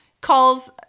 calls